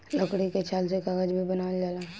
लकड़ी के छाल से कागज भी बनावल जाला